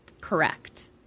Correct